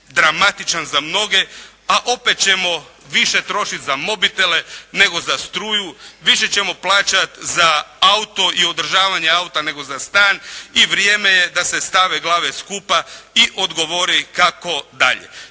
dramatičan za mnoge, a opet ćemo više trošiti za mobitele nego za struju, više ćemo plaćati za auto i održavanje auta nego za stan i vrijeme je da se stave glave skupa i odgovori kako dalje.